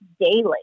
daily